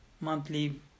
Monthly